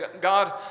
God